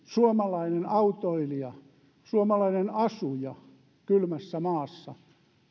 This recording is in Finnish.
suomalainen autoilija suomalainen asuja kylmässä maassa